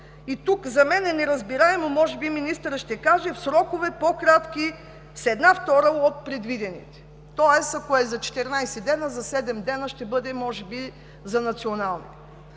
Тук за мен е неразбираемо, може би министърът ще каже: в срокове, по-кратки с една втора от предвидените. Тоест, ако е за 14 дни, за седем дни ще бъде може би за национални.